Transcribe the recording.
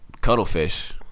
cuttlefish